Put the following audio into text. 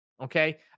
Okay